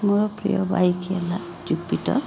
ମୋ ପ୍ରିୟ ବାଇକ୍ ହେଲା ଜୁପିଟର୍